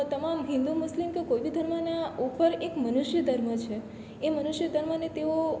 તમામ હિન્દુ મુસ્લિમ કે કોઈ બી ધર્મના ઉપર એક મનુષ્ય ધર્મ છે એ મનુષ્ય ધર્મને તેઓ